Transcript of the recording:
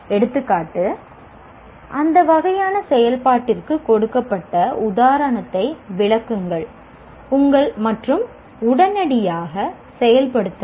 எடுத்துக்காட்டு அந்த வகையான செயல்பாட்டிற்கு கொடுக்கப்பட்ட உதாரணத்தை விளக்குங்கள் மற்றும் உடனடியாக செயல் படுத்துங்கள்